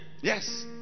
Yes